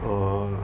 oh